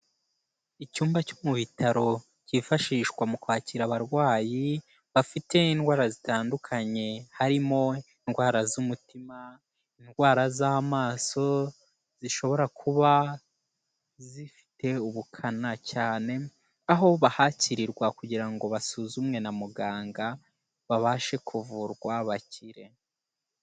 Icyumba cyo mu bitaro cyifashishwa mu kwakira abarwayi bafite indwara zitandukanye, harimo indwara z'umutima indwara z'amaso zishobora kuba zifite ubukana cyane, aho bahakirirwa kugira ngo basuzumwe na muganga babashe kuvurwa bakire.